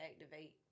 activate